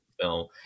film